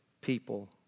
people